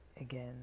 again